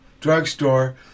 drugstore